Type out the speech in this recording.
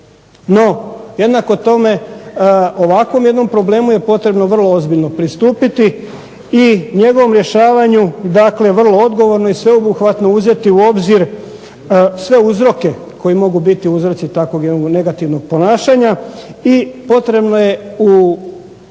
No jednako tome ovakvom jednom problemu je potrebno vrlo ozbiljno pristupiti i njegovom rješavanju dakle vrlo odgovorno i sveobuhvatno uzeti u obzir sve uzroke koji mogu biti uzroci takvog jednog negativnog ponašanja i potrebno je u